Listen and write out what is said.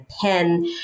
pen